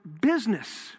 business